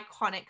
iconic